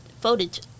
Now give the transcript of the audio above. footage